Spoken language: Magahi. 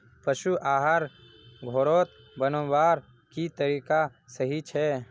पशु आहार घोरोत बनवार की तरीका सही छे?